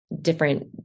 different